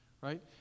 right